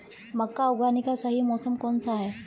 मक्का उगाने का सही मौसम कौनसा है?